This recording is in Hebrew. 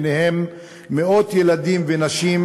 ביניהם מאות ילדים ונשים,